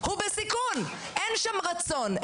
אין שם רצון,